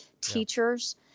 teachers